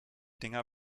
dinger